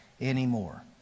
anymore